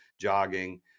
jogging